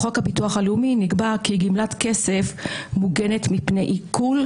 בחוק הביטוח הלאומי נקבע כי גמלת כסף מוגנת מפני עיקול,